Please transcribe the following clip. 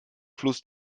fluss